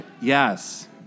yes